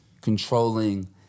controlling